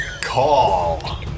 call